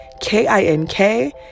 K-I-N-K